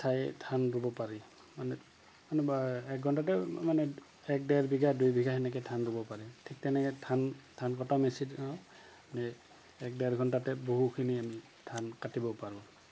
ঠাই ধান ৰুব পাৰি মানে মানে এক ঘণ্টাতে মানে এক ডেৰ বিঘা দুই বিঘা সেনেকে ধান ৰুব পাৰে ঠিক তেনেকে ধান ধান কটা মেচিন মান এক ডেৰ ঘণ্টাতে বহুখিনি ধান কাটিব পাৰোঁ